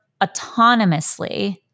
autonomously